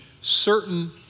certain